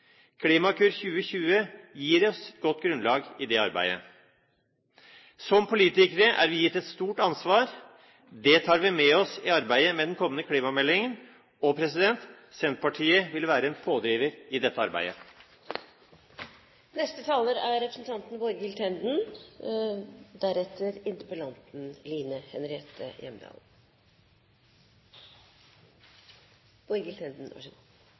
Klimakur 2020 gir oss godt grunnlag i det arbeidet. Som politikere er vi gitt et stort ansvar, det tar vi med oss i arbeidet med den kommende klimameldingen, og Senterpartiet vil være en pådriver i dette arbeidet. Interpellanten reiser et viktig tema. Jeg har også hørt miljøvernministeren sette ord på avmakt i forhold til virkemidler for styring av norsk klimapolitikk. Det er